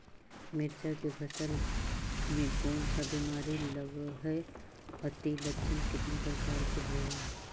मीरचा के फसल मे कोन सा बीमारी लगहय, अती लक्षण कितने प्रकार के होब?